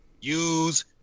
use